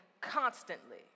constantly